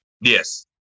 Yes